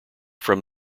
from